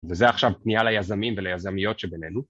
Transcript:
וזו עכשיו פנייה ליזמים וליזמיות שבינינו.